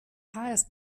highest